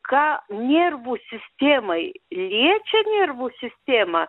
ką nervų sistemai liečia nervų sistemą